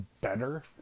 better